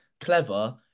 clever